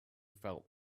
felt